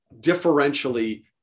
differentially